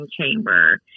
chamber